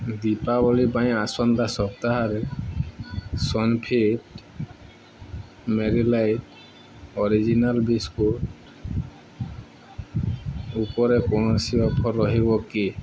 ଦୀପାବଳି ପାଇଁ ଆସନ୍ତା ସପ୍ତାହରେ Sunfeast Marie Light original biscuit ଉପରେ କୌଣସି ଅଫର୍ ରହିବ କି